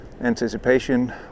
anticipation